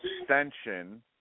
extension